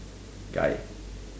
guy